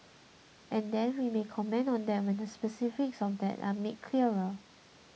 and then we may comment on that when the specifics of that are made clearer